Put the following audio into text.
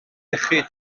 iechyd